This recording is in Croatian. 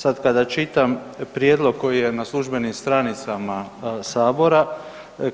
Sada kada čitam prijedlog koji je na službenim stranicama Sabora